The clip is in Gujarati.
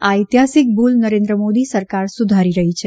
આ ઐતિહાસિક ભૂલ નરેન્દ્ર મોદી સરકાર સુધારી રહી છે